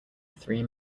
three